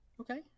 Okay